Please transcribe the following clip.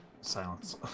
Silence